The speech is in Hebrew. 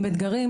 עם אתגרים,